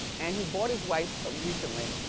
and he bought his wife, recently,